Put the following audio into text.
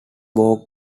walk